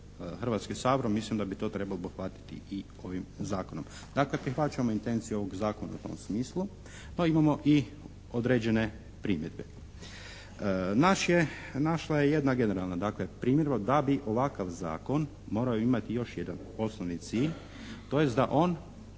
Hrvatski sabor mislim da bi to trebalo obuhvatiti i ovim zakonom. Dakle, prihvaćamo intenciju ovog zakona u tom smislu, no imamo i određene primjedbe. Naša je generalna dakle primjedba da bi ovakav zakon morao imati još jedan osnovni cilj tj. da on